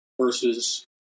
versus